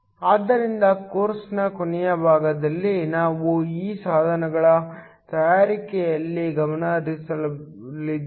ಆದ್ದರಿಂದ ಕೋರ್ಸ್ನ ಕೊನೆಯ ಭಾಗದಲ್ಲಿ ನಾವು ಈ ಸಾಧನಗಳ ತಯಾರಿಕೆಯಲ್ಲಿ ಗಮನಹರಿಸಲಿದ್ದೇವೆ